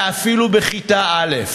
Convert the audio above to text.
ואפילו בכיתה א'.